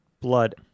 blood